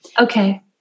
Okay